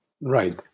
Right